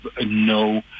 no